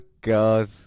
God